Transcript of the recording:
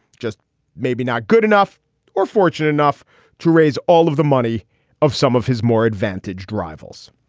just maybe not good enough or fortunate enough to raise all of the money of some of his more advantaged rivals